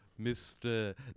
Mr